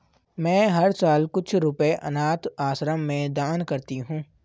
मैं हर साल कुछ रुपए अनाथ आश्रम में दान करती हूँ